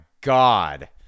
God